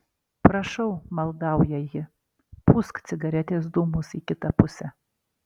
prašau maldauja ji pūsk cigaretės dūmus į kitą pusę